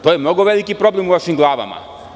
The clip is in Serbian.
To je mnogo veliki problem u vašim glavama.